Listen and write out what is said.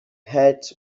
heads